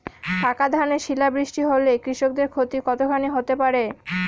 পাকা ধানে শিলা বৃষ্টি হলে কৃষকের ক্ষতি কতখানি হতে পারে?